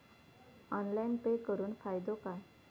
Online pay करुन फायदो काय?